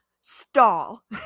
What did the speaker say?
stall